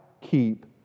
keep